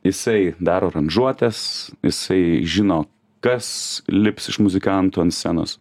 jisai daro aranžuotes jisai žino kas lips iš muzikantų ant scenos